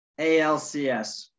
ALCS